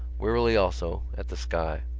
wearily also, at the sky.